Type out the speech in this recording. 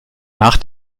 nach